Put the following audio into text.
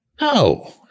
No